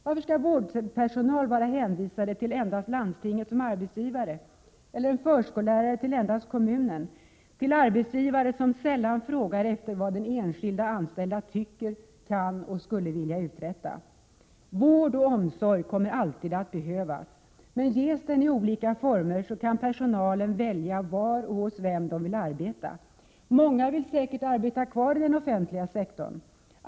Varför skall vårdpersonal vara hänvisad till endast landstinget som arbetsgivare, eller en förskollärare till endast kommunen, dvs. till arbetsgivare som sällan frågar efter vad den enskilda anställda tycker, kan och skulle vilja uträtta? Vård och omsorg kommer alltid att behövas. Ges den i olika former kan personalen välja var och hos vem man vill arbeta. Många vill säkert arbeta kvari den offentliga sektorn.